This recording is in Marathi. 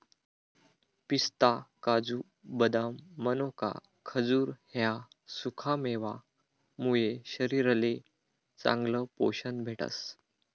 पिस्ता, काजू, बदाम, मनोका, खजूर ह्या सुकामेवा मुये शरीरले चांगलं पोशन भेटस